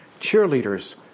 Cheerleaders